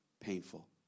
painful